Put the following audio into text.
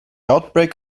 outbreak